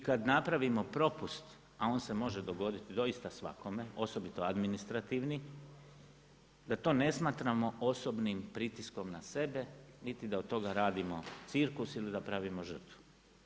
I kad napravimo propust, a on se može dogoditi doista svakome, osobito administrativni, da to ne smatramo osobnim pritiskom na sebe niti da od toga radimo cirkus, ili ga pravimo žrtvom.